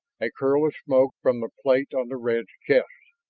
a curl of smoke from the plate on the red's chest.